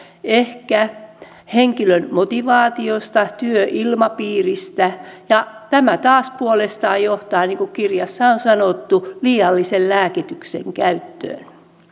ehkä henkilön motivaatiosta työilmapiiristä ja tämä taas puolestaan johtaa niin kuin kirjassa on sanottu liiallisen lääkityksen käyttöön